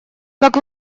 как